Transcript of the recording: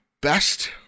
best